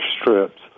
strips